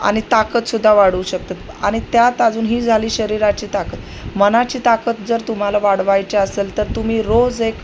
आणि ताकदसुद्धा वाढवू शकतात आणि त्यात अजून ही झाली शरीराची ताकद मनाची ताकद जर तुम्हाला वाढवायची असेल तर तुम्ही रोज एक